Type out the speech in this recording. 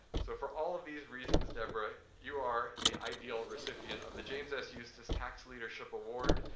so, for all of these reasons, deborah, you are the ideal recipient of the james s. eustice tax leadership award,